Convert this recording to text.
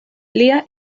lia